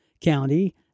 County